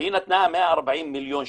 והיא נתנה 140 מיליון שקל,